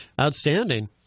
Outstanding